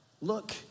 Look